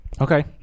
Okay